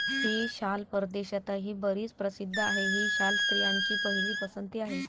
ही शाल परदेशातही बरीच प्रसिद्ध आहे, ही शाल स्त्रियांची पहिली पसंती आहे